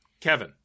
Kevin